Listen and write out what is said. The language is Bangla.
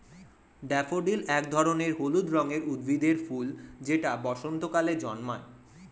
ড্যাফোডিল এক ধরনের হলুদ রঙের উদ্ভিদের ফুল যেটা বসন্তকালে জন্মায়